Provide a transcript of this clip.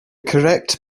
correct